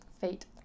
fate